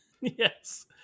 Yes